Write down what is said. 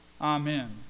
Amen